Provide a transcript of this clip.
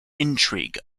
intrigue